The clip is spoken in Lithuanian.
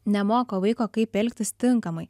nemoko vaiko kaip elgtis tinkamai